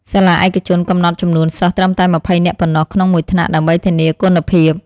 សាលាឯកជនកំណត់ចំនួនសិស្សត្រឹមតែ ២០ នាក់ប៉ុណ្ណោះក្នុងមួយថ្នាក់ដើម្បីធានាគុណភាព។